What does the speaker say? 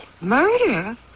Murder